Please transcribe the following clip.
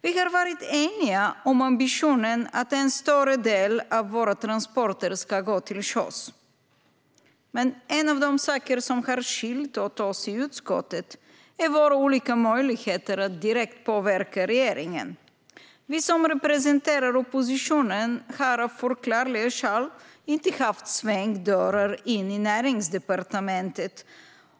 Vi har varit eniga om ambitionen att en större del av våra transporter ska gå till sjöss. En av de saker som dock har skilt oss åt i utskottet är våra olika möjligheter att direkt påverka regeringen; vi som representerar oppositionen har av förklarliga skäl inte haft svängdörrar in i Näringsdepartementet.